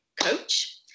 coach